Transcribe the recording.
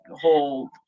whole